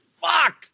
Fuck